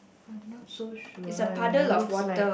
I am not so sure looks like